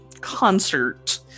concert